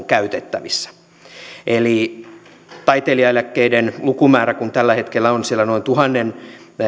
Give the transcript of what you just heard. käytettävissä eli kun taiteilijaeläkkeiden lukumäärä tällä hetkellä on siellä tuhannen